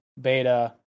beta